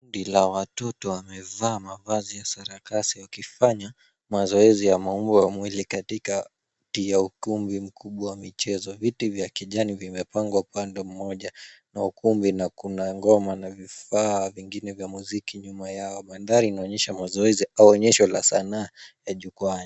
Kundi la watoto wamevaa mavazi ya sarakasi wakifanya mazoezi ya maumbo ya mwili katika kati ya ukumbi mkubwa wa michezo. Viti vya kijani vimepangwa upande mmoja wa ukumbi na kuna ngoma na vifaa vingine vya muziki nyuma yao. Mandhari inaonyesha mazoezi au onyesho la sanaa ya jukwaani.